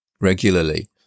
regularly